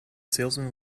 salesman